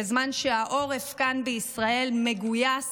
בזמן שהעורף כאן בישראל מגויס